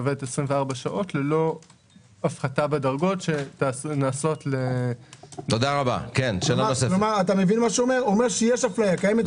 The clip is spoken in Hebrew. היא עובדת 24 שעות ללא הפחתה בדרגות שנעשות- -- הוא אומר שיש אפליה.